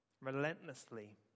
relentlessly